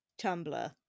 Tumblr